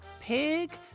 pig